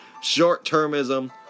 Short-Termism